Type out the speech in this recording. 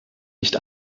nicht